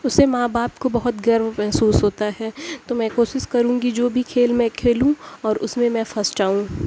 اسے ماں باپ کو بہت گرو محسوس ہوتا ہے تو میں کوشش کروں گی جو بھی کھیل میں کھیلوں اور اس میں میں فسٹ آؤں